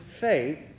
faith